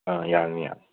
ꯑꯥ ꯌꯥꯔꯅꯤ ꯌꯥꯔꯅꯤ